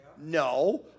No